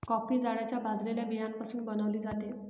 coffee झाडाच्या भाजलेल्या बियाण्यापासून बनविली जाते